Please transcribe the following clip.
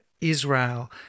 Israel